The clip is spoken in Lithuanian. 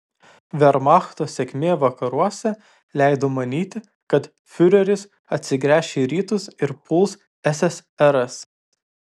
vermachto sėkmė vakaruose leido manyti kad fiureris atsigręš į rytus ir puls ssrs